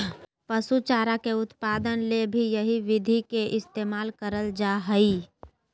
पशु चारा के उत्पादन ले भी यही विधि के इस्तेमाल करल जा हई